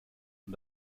und